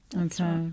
Okay